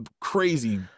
crazy